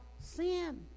sin